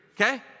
okay